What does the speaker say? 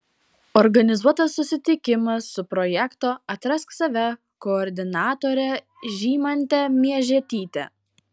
organizuotas susitikimas su projekto atrask save koordinatore žymante miežetyte